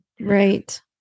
right